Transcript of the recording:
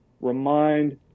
remind